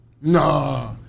Nah